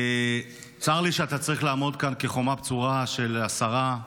צר לי שאתה צריך לעמוד כאן כחומה בצורה של השרה,